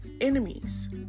enemies